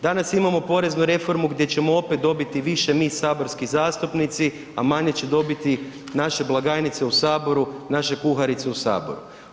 Danas imamo poreznu reformu gdje ćemo opet dobiti više mi saborski zastupnici, a manje će dobiti naše blagajnice u Saboru, naše kuharice u Saboru.